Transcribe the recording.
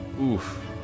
Oof